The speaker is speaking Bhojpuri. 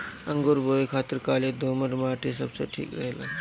अंगूर बोए खातिर काली दोमट माटी सबसे ठीक रहेला